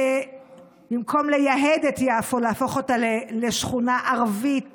במקום לייהד את יפו, להפוך אותה לשכונה ערבית